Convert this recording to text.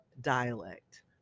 dialect